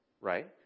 right